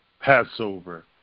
Passover